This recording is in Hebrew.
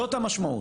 זו המשמעות.